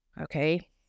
Okay